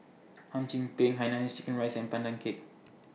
Hum Chim Peng Hainanese Curry Rice and Pandan Cake